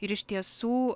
ir iš tiesų